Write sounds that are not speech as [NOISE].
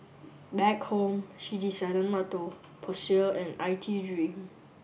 back home she decided not to pursue an I T [UNINTELLIGIBLE]